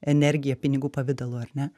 energiją pinigų pavidalu ar ne